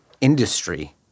industry